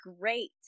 great